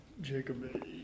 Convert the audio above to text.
Jacob